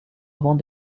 avant